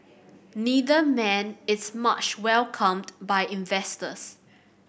neither man is much welcomed by investors